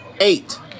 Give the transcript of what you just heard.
eight